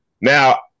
Now